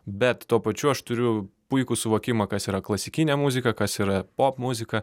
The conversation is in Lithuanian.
bet tuo pačiu aš turiu puikų suvokimą kas yra klasikinė muzika kas yra popmuzika